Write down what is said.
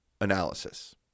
analysis